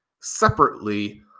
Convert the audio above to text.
separately